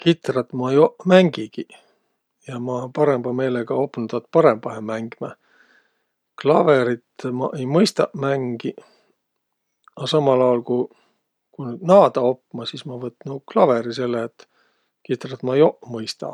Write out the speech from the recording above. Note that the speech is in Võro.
Kitrat ma joq mängigiq ja ma parõmba meelega opnuq taad parõmbahe mängmä. Klavõrit ma ei mõistaq mängiq, a samal aol, ku naadaq opma, sis ma võtnuq klavõri, selle et kitrat ma joq mõista.